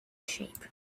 shape